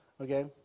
okay